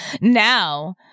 Now